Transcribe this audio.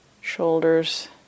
shoulders